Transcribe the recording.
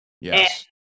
yes